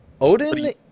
Odin